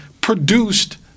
produced